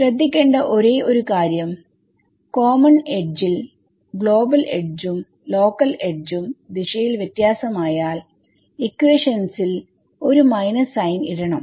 ശ്രദ്ധിക്കേണ്ട ഒരേ ഒരു കാര്യം കോമൺ എഡ്ജിൽ കോമൺ edge ഗ്ലോബൽ എഡ്ജും ലോക്കൽ എഡ്ജുംദിശയിൽ വ്യത്യാസം ആയാൽ ഇക്വേഷൻസിൽ ഒരു മൈനസ് സൈൻ ഇടണം